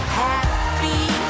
happy